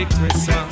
Christmas